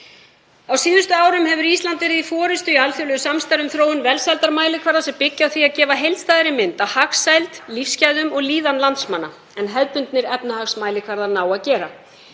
Á síðustu árum hefur Ísland verið í forystu í alþjóðlegu samstarfi um þróun velsældarmælikvarða sem byggja á því að gefa heildstæðari mynd af hagsæld, lífsgæðum og líðan landsmanna en hefðbundnir efnahagsmælikvarðar ná að gera.